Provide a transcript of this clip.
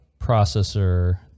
processor